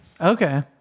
Okay